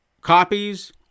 copies